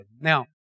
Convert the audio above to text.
Now